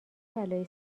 بلایی